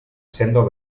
sendo